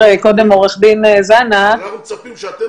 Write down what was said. קודם עורך דין זנה --- אנחנו מצפים שאתם